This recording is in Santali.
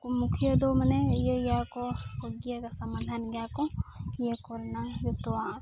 ᱢᱩᱠᱷᱤᱭᱟᱹᱫᱚ ᱢᱟᱱᱮ ᱤᱭᱟᱹᱭ ᱜᱮᱭᱟᱠᱚ ᱜᱮᱭᱟᱠᱚ ᱥᱚᱢᱟᱫᱷᱟᱱ ᱜᱮᱭᱟᱠᱚ ᱱᱤᱭᱟᱹᱠᱚ ᱨᱮᱱᱟᱝ ᱡᱚᱛᱚᱣᱟᱜ